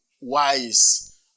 wise